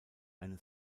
eine